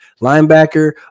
Linebacker